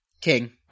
King